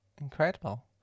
Incredible